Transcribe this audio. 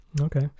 okay